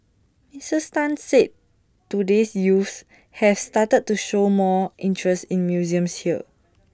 Sirs Tan said today's youth have started to show more interest in museums here